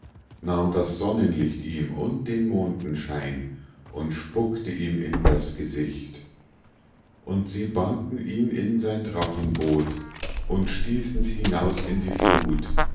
nahm das sonnenlicht ihm und den mondenschein und spuckte ihm in das gesicht und sie banden ihn in sein drachenboot und stießen's hinaus in die flut